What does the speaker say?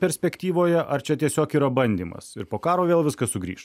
perspektyvoje ar čia tiesiog yra bandymas ir po karo vėl viskas sugrįš